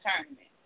tournament